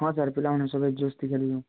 ହଁ ସାର୍ ପିଲାମାନେ ସବୁ ଏଇଠି ଅଛନ୍ତି ଖେଳୁଛନ୍ତି